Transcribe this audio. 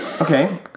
Okay